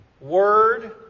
word